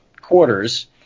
quarters